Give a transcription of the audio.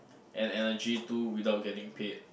and energy to without getting paid